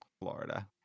Florida